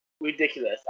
ridiculous